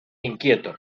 inquieto